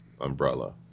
umbrella